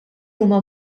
huma